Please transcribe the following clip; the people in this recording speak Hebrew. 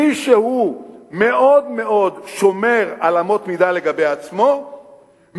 מי שמאוד מאוד שומר על אמות מידה לגבי עצמו מבין